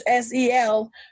SEL